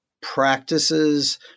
practices